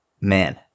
Man